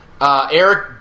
Eric